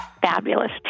fabulous